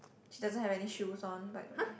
she doesn't have any shoes on by the way